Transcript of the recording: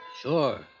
Sure